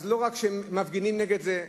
לא רק שמפגינים נגד זה,